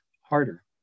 harder